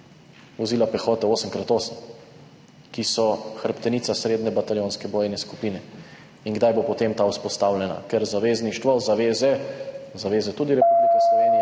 vozila pehote 8x8, ki so hrbtenica srednje bataljonske bojne skupine, in kdaj bo potem ta vzpostavljena? Ker zavezništvo, zaveze, zaveze tudi Republike Slovenije